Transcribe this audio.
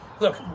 Look